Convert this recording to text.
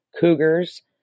cougars